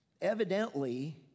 Evidently